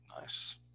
Nice